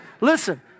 listen